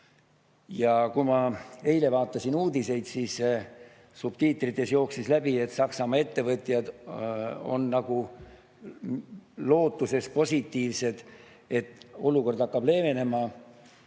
Kui ma eile vaatasin uudiseid, siis subtiitrites jooksis läbi, et Saksamaa ettevõtjad on nagu lootuses ja positiivsed, et olukord hakkab leevenema.